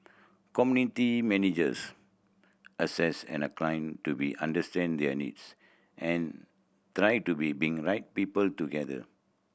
community managers assess an client to be understand their needs and try to be being right people together